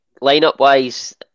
Line-up-wise